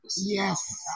Yes